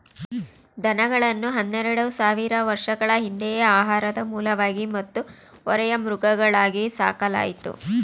ದನಗಳನ್ನು ಹನ್ನೆರೆಡು ಸಾವಿರ ವರ್ಷಗಳ ಹಿಂದೆಯೇ ಆಹಾರದ ಮೂಲವಾಗಿ ಮತ್ತು ಹೊರೆಯ ಮೃಗಗಳಾಗಿ ಸಾಕಲಾಯಿತು